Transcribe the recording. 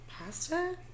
pasta